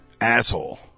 asshole